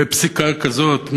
בפסיקה כזאת?